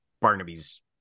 Barnaby's